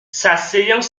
s’asseyant